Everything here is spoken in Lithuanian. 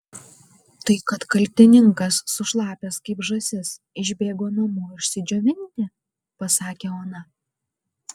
tai kad kaltininkas sušlapęs kaip žąsis išbėgo namo išsidžiovinti pasakė ona